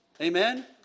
Amen